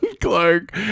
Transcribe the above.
Clark